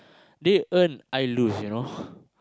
they earn I lose you know